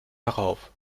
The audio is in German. darauf